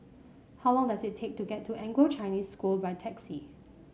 how long does it take to get to Anglo Chinese School by taxi